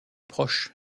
proche